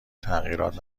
تغییرات